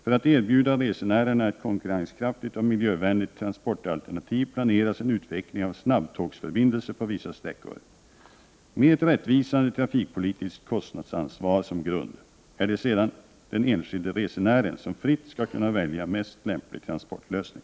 För att erbjuda resenärerna ett konkurrenskraftigt och miljövänligt transportalternativ planeras en utveckling av snabbtågsförbindelser på vissa sträckor. Med ett rättvisande trafikpolitiskt kostnadsansvar som grund är det sedan den enskilde resenären som fritt skall kunna välja mest lämplig transportlösning.